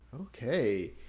okay